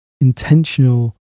intentional